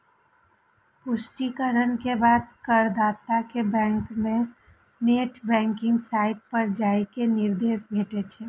पुष्टिकरण के बाद करदाता कें बैंक के नेट बैंकिंग साइट पर जाइ के निर्देश भेटै छै